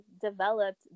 developed